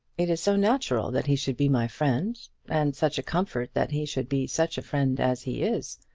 it is so natural that he should be my friend and such a comfort that he should be such a friend as he is!